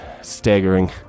staggering